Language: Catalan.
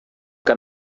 que